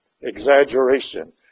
exaggeration